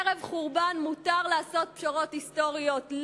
ערב חורבן מותר לעשות פשרות היסטוריות,